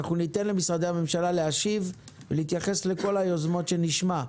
אנחנו ניתן למשרדי הממשלה להשיב ולהתייחס לכל היוזמות שנשמע.